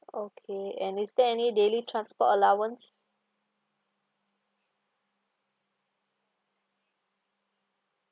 okay and is there any daily transport allowance